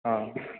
हाँ